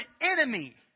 enemy